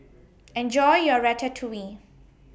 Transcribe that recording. Enjoy your Ratatouille